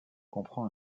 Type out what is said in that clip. comprend